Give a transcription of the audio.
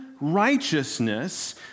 righteousness